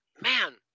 man